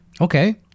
Okay